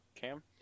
Cam